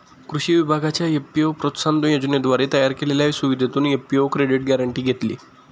कृषी विभागाच्या एफ.पी.ओ प्रोत्साहन योजनेद्वारे तयार केलेल्या सुविधेतून एफ.पी.ओ क्रेडिट गॅरेंटी घेतली